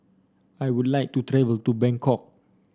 I would like to travel to Bangkok